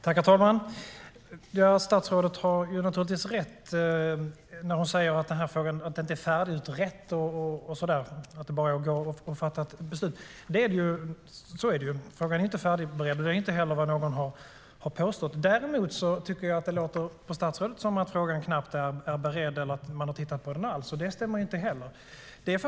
Herr talman! Statsrådet har naturligtvis rätt när hon säger att frågan inte är färdigutredd och så vidare och att det inte bara går att fatta ett beslut. Så är det; frågan är inte färdigberedd. Det är inte heller vad någon har påstått. Däremot tycker jag att det låter på statsrådet som att frågan knappt är beredd eller att man knappt skulle ha tittat på den alls. Det stämmer inte heller.